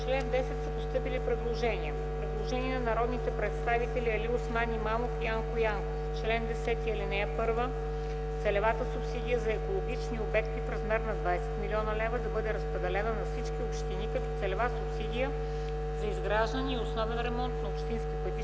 чл. 10 има постъпили предложения. Предложение на народните представители Алиосман Имамов и Янко Янков: „В чл. 10 ал. 1 целевата субсидия за екологични обекти в размер на 20 млн. лв. да бъде разпределена на всички общини като целева субсидия за изграждане и основен ремонт на общински пътища,